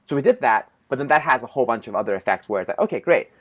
we did that, but then that has a whole bunch of other effects where it's like, okay, great.